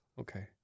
Okay